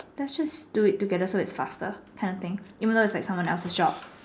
let's just do it together so it's faster that kind of thing even though it is like someone else's job